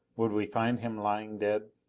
would we find him lying dead?